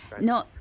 No